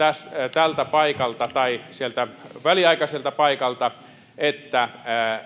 tältä paikalta tai sieltä väliaikaiselta paikalta että